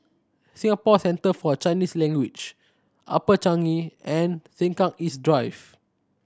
Singapore Centre For Chinese Language Upper Changi and Sengkang East Drive